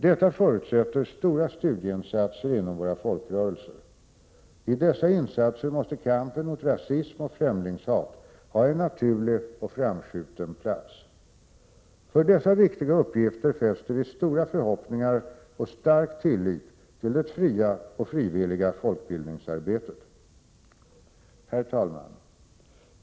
Detta förutsätter stora studieinsatser inom våra folkrörelser. I dessa insatser måste kampen mot rasism och främlingshat ha en naturlig och framskjuten plats. För dessa viktiga uppgifter fäster vi stora förhoppningar och stark tillit till det fria och frivilliga folkbildningsarbetet. Herr talman!